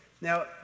Now